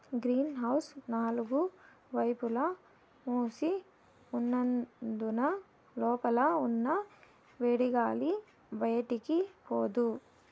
green house నాలుగు వైపులా మూసి ఉన్నందున లోపల ఉన్న వేడిగాలి బయటికి పోదు